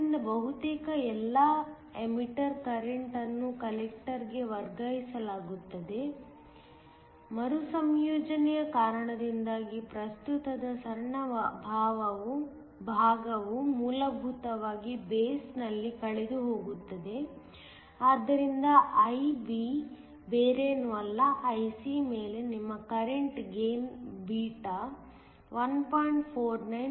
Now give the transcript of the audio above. ಆದ್ದರಿಂದ ಬಹುತೇಕ ಎಲ್ಲಾ ಎಮಿಟರ್ ಕರೆಂಟ್ಅನ್ನು ಕಲೆಕ್ಟರ್ ಗೆ ವರ್ಗಾಯಿಸಲಾಗುತ್ತದೆ ಮರುಸಂಯೋಜನೆಯ ಕಾರಣದಿಂದಾಗಿ ಪ್ರಸ್ತುತದ ಸಣ್ಣ ಭಾಗವು ಮೂಲಭೂತವಾಗಿ ಬೇಸ್ನಲ್ಲಿ ಕಳೆದುಹೋಗುತ್ತದೆ ಆದ್ದರಿಂದ IB ಬೇರೇನೂ ಅಲ್ಲ IC ಮೇಲೆ ನಿಮ್ಮ ಕರೆಂಟ್ ಗೈನ್ ಬೀಟಾ 1